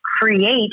create